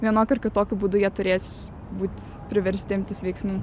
vienokiu ar kitokiu būdu jie turės būt priversti imtis veiksmų